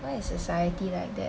why is society like that